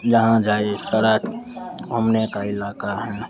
जहाँ जाइए सारा घूमने का इलाक़ा हैं